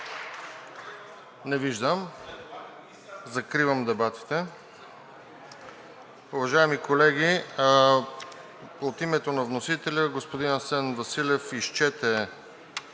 Не виждам. Закривам дебатите.